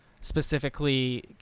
specifically